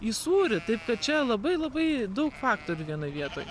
į sūrį taip kad čia labai labai daug faktorių vienoj vietoj